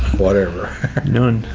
whatever